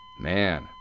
Man